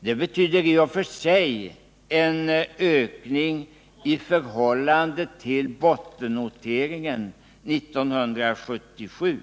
Det betyder i och för sig en ökning i förhållande till bottennoteringen 1977.